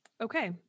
Okay